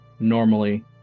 normally